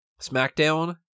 SmackDown